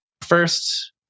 First